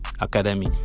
Academy